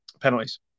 penalties